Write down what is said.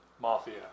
Mafia